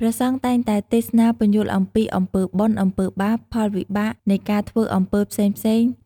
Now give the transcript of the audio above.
ព្រះសង្ឃតែងតែទេសនាពន្យល់អំពីអំពើបុណ្យ អំពើបាប ផលវិបាកនៃការធ្វើអំពើផ្សេងៗ